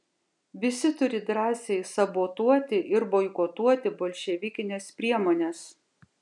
visi turi drąsiai sabotuoti ir boikotuoti bolševikines priemones